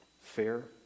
fair